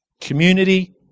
Community